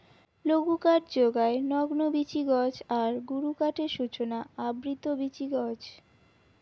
লঘুকাঠ যোগায় নগ্নবীচি গছ আর গুরুকাঠের সূচনা আবৃত বীচি গছ